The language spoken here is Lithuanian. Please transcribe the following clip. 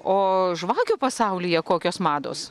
o žvakių pasaulyje kokios mados